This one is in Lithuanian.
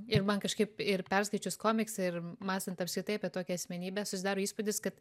ir man kažkaip ir perskaičius komiksą ir mąstant apskritai apie tokią asmenybę susidaro įspūdis kad